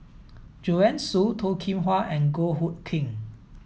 Joanne Soo Toh Kim Hwa and Goh Hood Keng